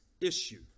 issue